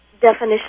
definition